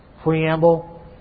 preamble